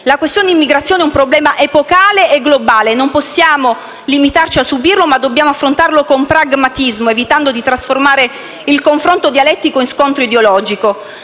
La questione immigrazione è un problema epocale e globale. Non possiamo limitarci a subirlo ma dobbiamo affrontarlo con pragmatismo, evitando di trasformare il confronto dialettico in scontro ideologico,